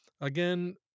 Again